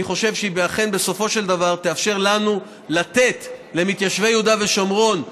אני חושב שהיא אכן בסופו של דבר תאפשר לנו לתת למתיישבי יהודה ושומרון,